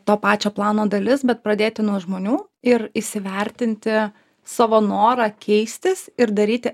to pačio plano dalis bet pradėti nuo žmonių ir įsivertinti savo norą keistis ir daryti